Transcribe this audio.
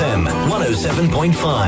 107.5